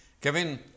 Kevin